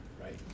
Right